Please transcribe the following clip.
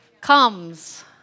comes